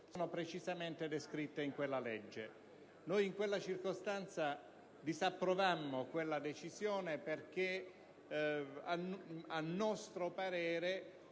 sono precisamente descritte in quella legge. In quella circostanza disapprovammo quella decisione, perché a nostro parere